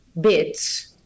bits